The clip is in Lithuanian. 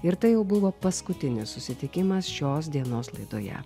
ir tai jau buvo paskutinis susitikimas šios dienos laidoje